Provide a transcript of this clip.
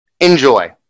Enjoy